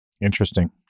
Interesting